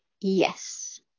yes